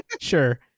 Sure